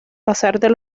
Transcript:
pasar